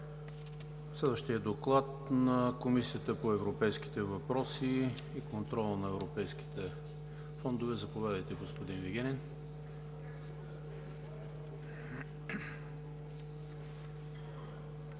Следващият доклад е на Комисията по европейските въпроси и контрол на европейските фондове. Заповядайте, господин Вигенин.